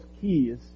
keys